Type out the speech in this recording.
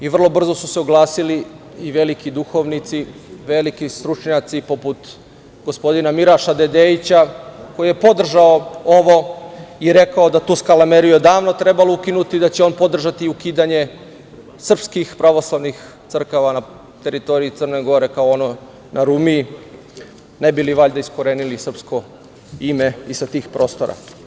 I vrlo brzo su se oglasili i veliki duhovnici i veliki stručnjaci, poput gospodina Miraša Dedejića, koji je podržao ovo i rekao da je tu skalameriju odavno trebalo ukinuti i da će on podržati ukidanje srpskih pravoslavnih crkava na teritoriji Crne Gore kao ono na Rumiji, ne bi li, valjda, iskorenili srpsko ime sa tih prostora.